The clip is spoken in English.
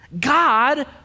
God